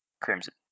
Crimson